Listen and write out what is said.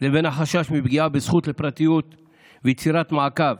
לבין החשש מפגיעה בזכות לפרטיות ויצירת מעקב.